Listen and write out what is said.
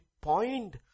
point